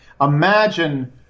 imagine